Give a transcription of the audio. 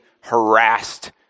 harassed